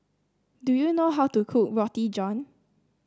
do you know how to cook Roti John